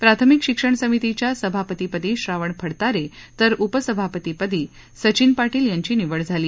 प्राथमिक शिक्षण समीतीच्या सभापती पदी श्रावण फडतारे तर उपसभापतीपदी सचीन पाटील यांची निवड झाली